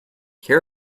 here